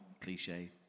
cliche